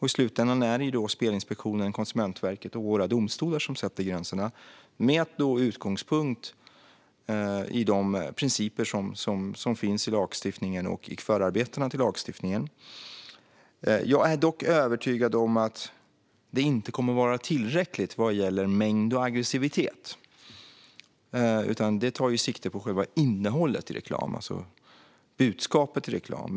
I slutändan är det Spelinspektionen, Konsumentverket och våra domstolar som sätter gränserna med utgångspunkt i de principer som finns i lagstiftningen och i förarbetena till lagstiftningen. Jag är dock övertygad om att det inte kommer att vara tillräckligt vad gäller mängd och aggressivitet, utan det här tar sikte på själva innehållet, alltså budskapet, i reklamen.